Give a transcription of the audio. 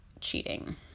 cheating